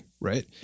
right